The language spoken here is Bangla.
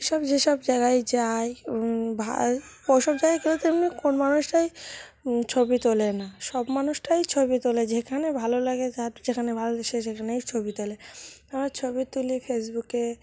এইসব যেসব জায়গায় যাই ভাল ওসব জায়গায় গেলে তো এমনি কোন মানুষটাই ছবি তোলে না সব মানুষটাই ছবি তোলে যেখানে ভালো লাগে যার যেখানে ভালো লাগে সে সেখানেই ছবি তোলে আমরা ছবি তুলি ফেসবুকে